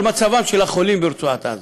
על מצבם של החולים ברצועת עזה,